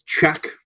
check